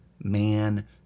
man